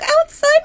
outside